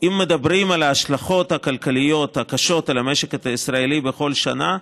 אם מדברים על ההשלכות הכלכליות הקשות על המשק הישראלי בכל שנה,